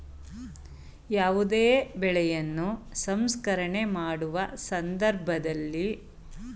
ಯಾವುದೇ ಬೆಳೆಯನ್ನು ಸಂಸ್ಕರಣೆ ಮಾಡುವ ಸಂದರ್ಭದಲ್ಲಿ ಗುಣಮಟ್ಟ ಹೇಗೆ ಕಾಯ್ದು ಕೊಳ್ಳಬಹುದು?